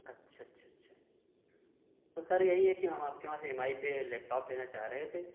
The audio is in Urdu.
اچھا اچھا اچھا تو سر یہی ہے کہ ہم آپ کے وہاں سے ایم آئی پہ لیپ ٹاپ لینا چاہ رہے تھے